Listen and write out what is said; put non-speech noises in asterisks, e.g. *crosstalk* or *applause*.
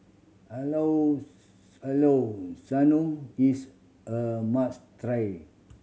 llao *unintelligible* llao sanum is a must try